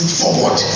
forward